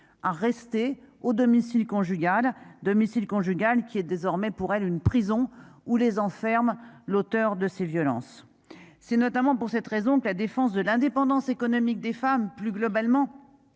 à rester au domicile conjugal domicile conjugal qui est désormais pour elle une prison où les enferme l'auteur de ces violences. C'est notamment pour cette raison que la défense de l'indépendance économique des femmes, plus globalement.